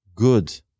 good